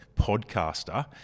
podcaster